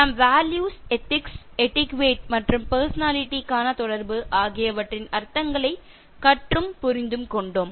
நாம் values ethics etiquette values ethics etiquette மற்றும் personality க்கான தொடர்பு ஆகியவற்றின் அர்த்தங்களை கற்றும் புரிந்தும் கொண்டோம்